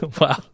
Wow